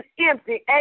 empty